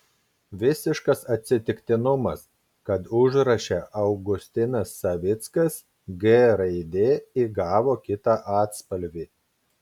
visiškas atsitiktinumas kad užraše augustinas savickas g raidė įgavo kitą atspalvį